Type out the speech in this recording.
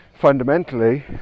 fundamentally